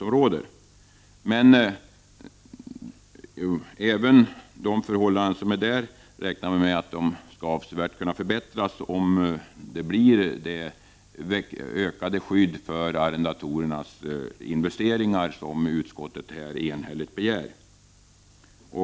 Jag räknar dock med att det skall kunna bli en avsevärd förbättring, om skyddet för arrendatorernas investeringar ökas, som utskottet enhälligt begär.